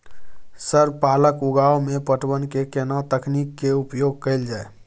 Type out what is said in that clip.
Sir पालक उगाव में पटवन के केना तकनीक के उपयोग कैल जाए?